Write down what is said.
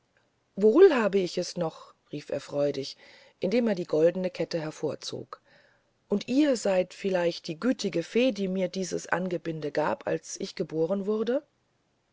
wohl hab ich es noch rief er freudig indem er die goldene kette hervorzog und ihr seid vielleicht die gütige fee die mir dieses angebinde gab als ich geboren wurde